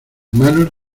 manos